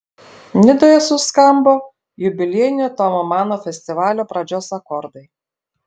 nidoje suskambo jubiliejinio tomo mano festivalio pradžios akordai